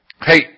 Hey